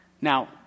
Now